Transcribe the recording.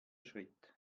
schritt